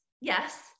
yes